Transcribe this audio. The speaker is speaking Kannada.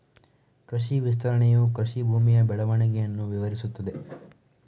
ಕೃಷಿ ವಿಸ್ತರಣೆಯು ಕೃಷಿ ಭೂಮಿಯ ಬೆಳವಣಿಗೆಯನ್ನು ವಿವರಿಸುತ್ತದೆ